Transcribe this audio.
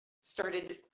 started